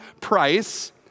price